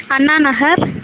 Anna Nagar